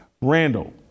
Randall